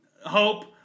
Hope